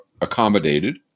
accommodated